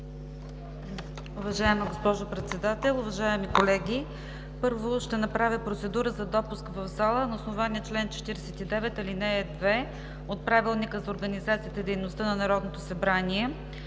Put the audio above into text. Уважаема госпожо Председател, уважаеми колеги! Първо ще направя процедура за допуск в залата на основание чл. 49, ал. 2 от Правилника за организацията и дейността на Народното събрание